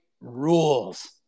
rules